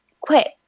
quit